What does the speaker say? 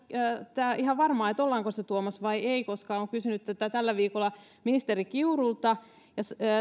ihan varmaa että ollaanko se tuomassa vai ei koska olen kysynyt tätä tällä viikolla ministeri kiurulta ja